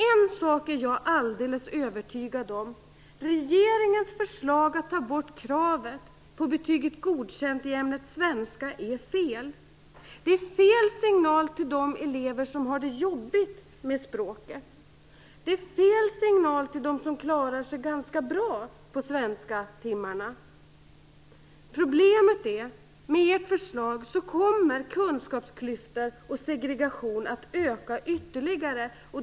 En sak är jag dock alldeles övertygad om: Regeringens förslag att ta bort kravet på betyget Godkänd i ämnet svenska är fel. Det är fel signal till de elever som har det jobbigt med språket och det är fel signal till dem som klarar sig ganska bra på svensktimmarna. Problemet är att med ert förslag kommer kunskapsklyftorna och segregationen att ytterligare öka.